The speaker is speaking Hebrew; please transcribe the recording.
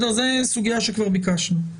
זאת סוגיה שכבר התייחסנו אליה.